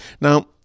Now